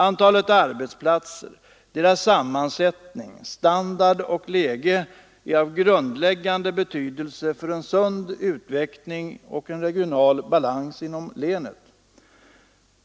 Antalet arbetsplatser, deras sammansättning, standard och läge är av grundläggande betydelse för en sund utveckling och en regional balans inom länet.